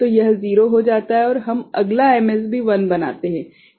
तो यह 0 हो जाता है और हम अगला MSB 1 बनाते हैं क्या यह ठीक है